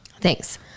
Thanks